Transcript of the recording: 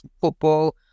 football